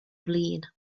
flin